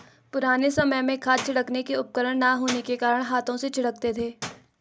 पुराने समय में खाद छिड़कने के उपकरण ना होने के कारण हाथों से छिड़कते थे